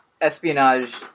espionage